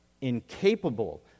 incapable